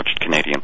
Canadian